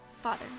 Father